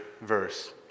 verse